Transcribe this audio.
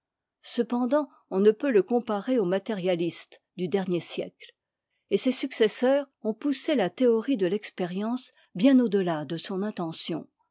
cependant on ne peut lé comparer aux matérialistes du dernier sièete et ses successeurs ont poussé la théorie de l'expérience bien au delà de son intention